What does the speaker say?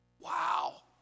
Wow